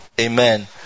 Amen